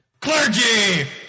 Clergy